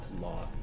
law